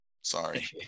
Sorry